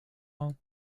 all